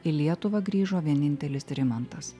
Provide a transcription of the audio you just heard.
į lietuvą grįžo vienintelis rimantas